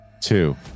two